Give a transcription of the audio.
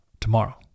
tomorrow